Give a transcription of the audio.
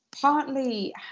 partly